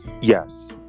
Yes